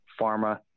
pharma